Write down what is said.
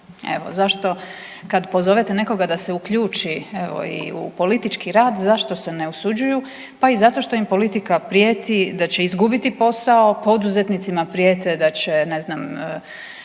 Evo, zašto, kad pozovete nekoga da se uključi, evo i u politički rad, zašto se ne usuđuju? Pa i zato što im politika prijeti da će izgubiti posao, poduzetnicima prijete da će, ne znam,